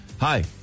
Hi